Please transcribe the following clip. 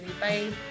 bye